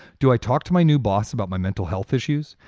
do i talk to my new boss about my mental health issues?